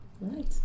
Right